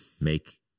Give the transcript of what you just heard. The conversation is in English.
make